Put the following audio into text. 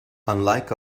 unlike